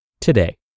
today